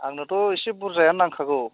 आंनोथ' एसे बुर्जायानो नांखागौ